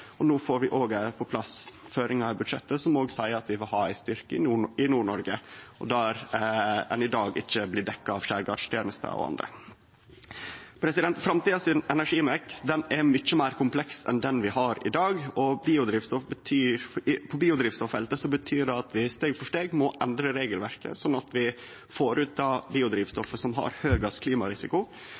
og no får vi òg på plass føringar i budsjettet som seier at vi vil ha ei styrking i Nord-Noreg, der ein i dag ikkje blir dekt av Skjærgårdstjenesten eller andre. Energimiksen for framtida er mykje meir kompleks enn den vi har i dag, og på biodrivstoffeltet betyr det at vi steg for steg må endre regelverket, slik at vi får ut det biodrivstoffet som har høgast klimarisiko.